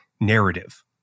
narrative